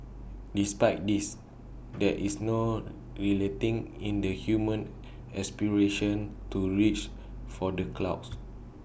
despite this there is no relenting in the human aspiration to reach for the clouds